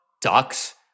ducks